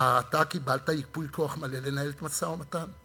אתה קיבלת ייפוי-כוח מלא לנהל את המשא-ומתן?